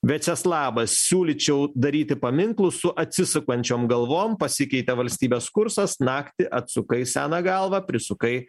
večeslavas siūlyčiau daryti paminklus su atsisukančiom galvom pasikeitė valstybės kursas naktį atsukai seną galvą prisukai